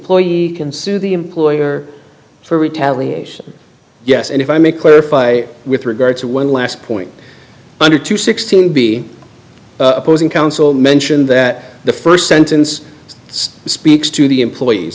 employee can sue the employer for retaliation yes and if i may clarify with regard to one last point under two sixteen be opposing counsel mention that the first sentence speaks to the employees